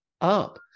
up